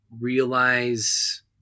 realize